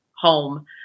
home